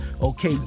okay